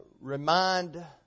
remind